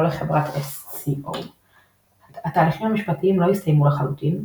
לחברת SCO. ההליכים המשפטיים לא הסתיימו לחלוטין,